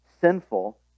sinful